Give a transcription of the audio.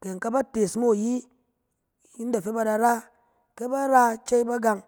Kɛ in ka ba tes mo ayi in da fɛ ba da ra, ke ba ra cɛy ba gang,